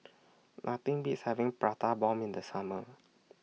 Nothing Beats having Prata Bomb in The Summer